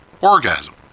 orgasm